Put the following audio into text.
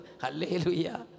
Hallelujah